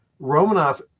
Romanov